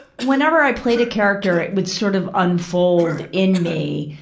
whenever i played a character, it would sort of unfold in me,